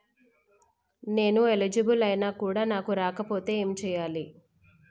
నేను ఎలిజిబుల్ ఐనా కూడా నాకు రాకపోతే ఏం చేయాలి?